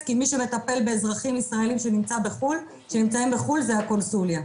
כי מי שמטפל באזרחים ישראלים שנמצאים בחו"ל זה הקונסוליה.